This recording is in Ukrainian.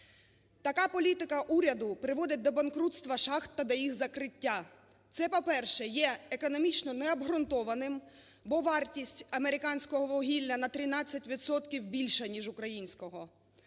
Така політика уряду приводить до банкрутства шахт та до їх закриття. Це, по-перше, є економічно необґрунтованим, бо вартість американського вугілля на 13 відсотків більша ніж українського.